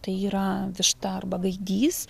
tai yra višta arba gaidys